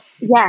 Yes